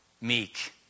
meek